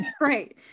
Right